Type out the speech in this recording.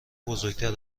بزرگتر